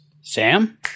Sam